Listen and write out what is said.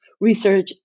research